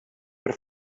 per